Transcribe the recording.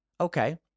Okay